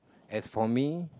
as for me